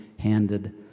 handed